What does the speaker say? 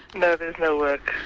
no, there's no work.